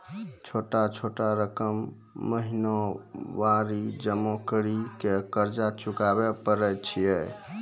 छोटा छोटा रकम महीनवारी जमा करि के कर्जा चुकाबै परए छियै?